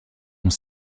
ont